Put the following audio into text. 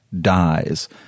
dies